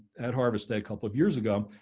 at harvest. a couple of years ago,